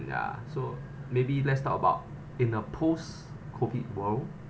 ya so maybe let's talk about in a post COVID world